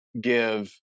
give